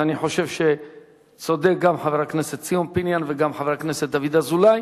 ואני חושב שצודקים גם חבר הכנסת ציון פיניאן וגם חבר הכנסת דוד אזולאי